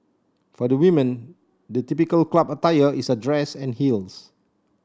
for the women the typical club attire is a dress and heels